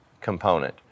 component